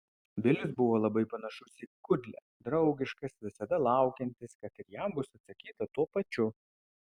bilis buvo labai panašus į kudlę draugiškas visada laukiantis kad ir jam bus atsakyta tuo pačiu